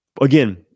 again